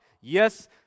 Yes